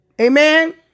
Amen